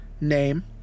Name